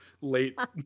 late